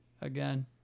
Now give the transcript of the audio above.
again